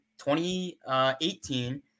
2018